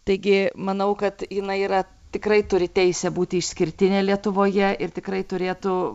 taigi manau kad jinai yra tikrai turi teisę būti išskirtinė lietuvoje ir tikrai turėtų